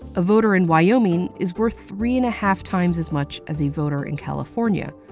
a voter in wyoming is worth three and a half times as much as a voter in california.